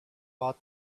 what